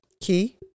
Key